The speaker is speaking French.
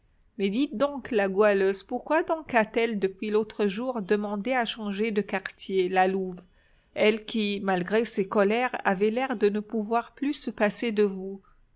mais dites donc la goualeuse pourquoi donc a-t-elle depuis l'autre jour demandé à changer de quartier la louve elle qui malgré ses colères avait l'air de ne pouvoir plus se passer de vous